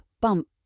bump